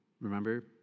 Remember